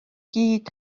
gyd